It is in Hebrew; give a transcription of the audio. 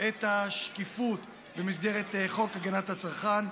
את השקיפות במסגרת חוק הגנת הצרכן.